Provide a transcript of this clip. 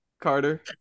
Carter